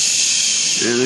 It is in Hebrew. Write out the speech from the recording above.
חברות וחברי הכנסת,